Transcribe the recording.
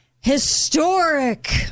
Historic